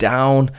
Down